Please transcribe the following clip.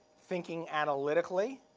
thinking analytically,